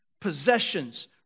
possessions